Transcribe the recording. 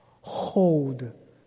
Hold